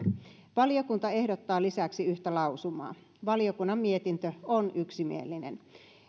valiokunta ehdottaa lisäksi yhtä lausumaa valiokunnan mietintö on yksimielinen